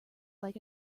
like